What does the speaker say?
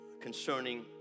concerning